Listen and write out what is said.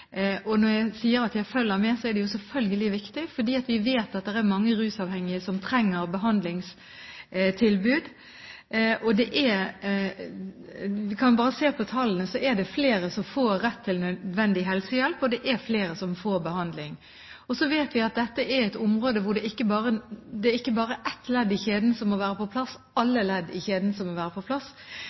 Og når jeg sier at jeg følger med, er det selvfølgelig viktig, for vi vet at det er mange rusavhengige som trenger behandlingstilbud. Vi kan bare se på tallene. Da ser vi at det er flere som får rett til nødvendig helsehjelp, og det er flere som får behandling. Så vet vi at dette er et område hvor det ikke bare er ett ledd i kjeden som må være på plass; alle ledd i kjeden må være på plass.